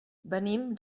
venim